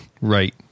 Right